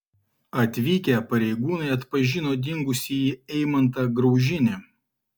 atvykę pareigūnai atpažino dingusįjį eimantą graužinį